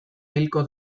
hilko